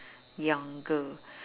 younger